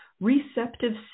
receptive